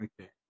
Okay